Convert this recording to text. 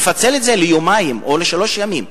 לפצל את זה ליומיים או לשלושה ימים.